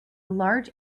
large